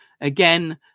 Again